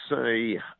say